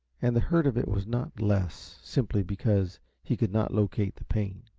and the hurt of it was not less, simply because he could not locate the pain.